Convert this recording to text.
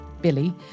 Billy